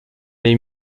les